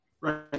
right